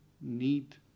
need